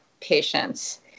patients